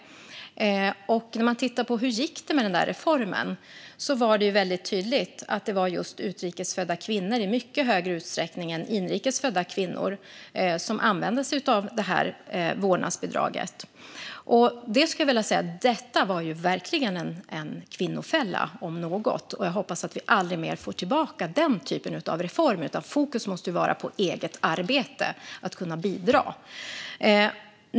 När man tittar på hur det gick med denna reform ser man tydligt att det var just utrikes födda kvinnor som i mycket större utsträckning än inrikes födda kvinnor använde sig av vårdnadsbidraget. Detta, om något, var verkligen en kvinnofälla. Jag hoppas att vi aldrig mer får tillbaka den typen av reformer, utan fokus måste vara på eget arbete och på att kunna bidra.